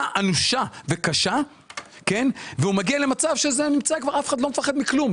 אנושה וקשה והוא מגיע למצב שזה נמצא ואף אחד לא מפחד מכלום.